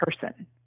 person